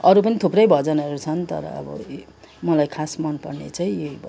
अरू पनि थुप्रै भजनहरू छन् तर अब मलाई खास मन पर्ने चाहिँ यही भजन हो